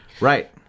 Right